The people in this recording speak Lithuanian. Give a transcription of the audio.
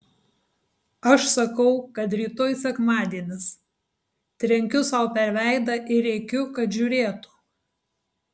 aš sakau kad rytoj sekmadienis trenkiu sau per veidą ir rėkiu kad žiūrėtų